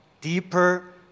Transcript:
deeper